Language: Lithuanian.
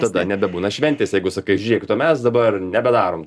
tada nebebūna šventės jeigu sakai žiūrėkit o mes dabar nebedarom